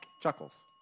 Chuckles